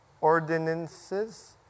ordinances